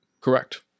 Correct